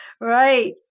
Right